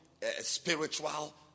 spiritual